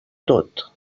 tot